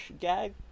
gag